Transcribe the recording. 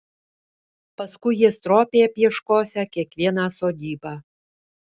paskui jie stropiai apieškosią kiekvieną sodybą